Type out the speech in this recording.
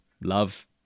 love